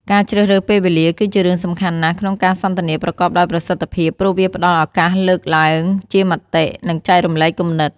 ការជ្រើសរើសពេលវេលាគឺជារឿងសំខាន់ណាស់ក្នុងការសន្ទនាប្រកបដោយប្រសិទ្ធភាព ព្រោះវាផ្តល់ឱកាសលើកឡើងជាមតិ និងចែករំលែកគំនិត។